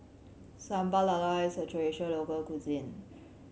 Sambal Lala is a traditional local cuisine